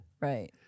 Right